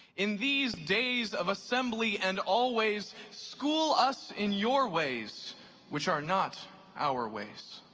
in these days of assembly and always, school us in your ways which are not our ways.